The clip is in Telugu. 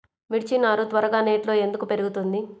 మిర్చి నారు త్వరగా నెట్లో ఎందుకు పెరుగుతుంది?